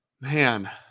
man